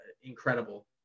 Incredible